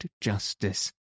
justice